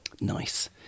Nice